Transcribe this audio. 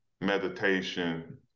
meditation